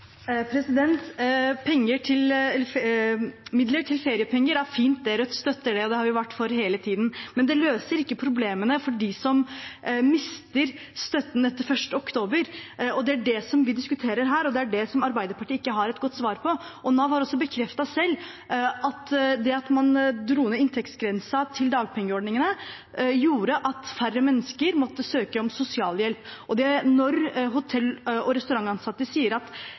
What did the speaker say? fint. Rødt støtter det, og det har vi vært for hele tiden. Men det løser ikke problemene for dem som mister støtten etter 1. oktober. Det er det vi diskuterer her, og det er det Arbeiderpartiet ikke har et godt svar på. Nav har også bekreftet selv at det at man dro ned inntektsgrensen til dagpengeordningene, gjorde at færre mennesker måtte søke om sosialhjelp. Hotell- og restaurantansatte sier at de vanlige satsene gjør at folk lever rundt fattigdomsgrensen. Det burde jo være noe Arbeiderpartiet var opptatt av og